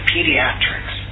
Pediatrics